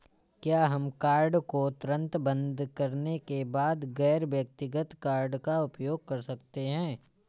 क्या हम कार्ड को तुरंत बंद करने के बाद गैर व्यक्तिगत कार्ड का उपयोग कर सकते हैं?